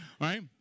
right